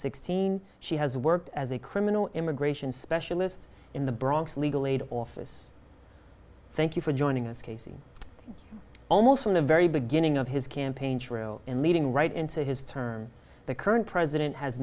sixteen she has worked as a criminal immigration specialist in the bronx legal aid office thank you for joining us casey almost from the very beginning of his campaign true in leading right into his term the current president has